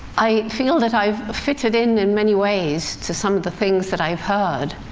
i feel that i've fitted in, in many ways, to some of the things that i've heard.